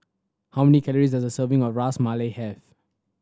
how many calories does a serving of Ras Malai have